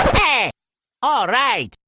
hey all right